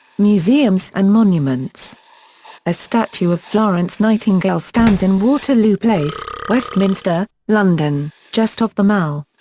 museums and monuments a statue of florence nightingale stands in waterloo place, westminster, london, just off the mall.